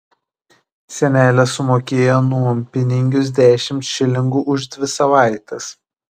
senelė sumokėjo nuompinigius dešimt šilingų už dvi savaites